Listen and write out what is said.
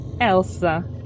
Elsa